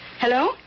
Hello